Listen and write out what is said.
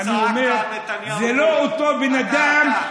אני אומר: זה לא אותו בן אדם,